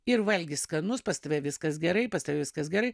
ir valgis skanus pas tave viskas gerai pas tave viskas gerai